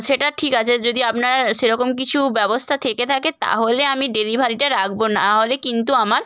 সেটা ঠিক আছে যদি আপনার সেরকম কিছু ব্যবস্থা থেকে থাকে তাহলে আমি ডেলিভারিটা রাখব না হলে কিন্তু আমার